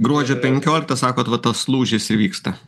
gruodžio penkioliktą sakot va tas lūžis įvyksta